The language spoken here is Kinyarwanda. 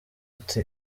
ati